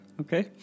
Okay